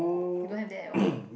you don't have that at all